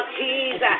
Jesus